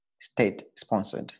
state-sponsored